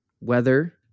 weather